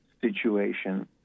situation